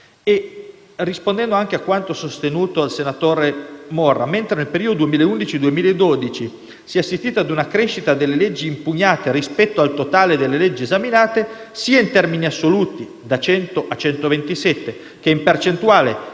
Rispondendo anche a quanto sostenuto dal senatore Morra, mentre nel periodo 2011-2012 si è assistito ad una crescita delle leggi impugnate rispetto al totale delle leggi esaminate, sia in termini assoluti (con un passaggio da 100 a 127), che in percentuale